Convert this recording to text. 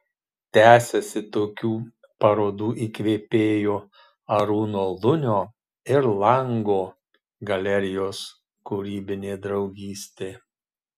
tęsiasi tokių parodų įkvėpėjo arūno lunio ir lango galerijos kūrybinė draugystė